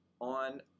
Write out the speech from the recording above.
on